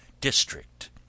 district